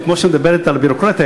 שכמו שאת מדברת על הביורוקרטיה,